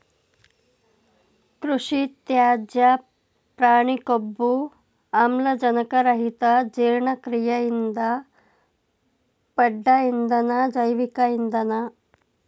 ಕೃಷಿತ್ಯಾಜ್ಯ ಪ್ರಾಣಿಕೊಬ್ಬು ಆಮ್ಲಜನಕರಹಿತಜೀರ್ಣಕ್ರಿಯೆಯಿಂದ ಪಡ್ದ ಇಂಧನ ಜೈವಿಕ ಇಂಧನ